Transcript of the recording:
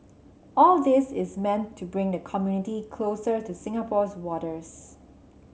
all this is meant to bring the community closer to Singapore's waters